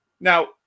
Now